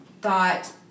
thought